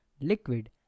liquid